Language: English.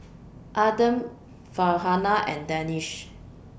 Adam Farhanah and Danish